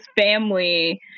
family